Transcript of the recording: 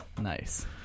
Nice